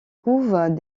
couvent